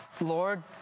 Lord